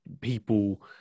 people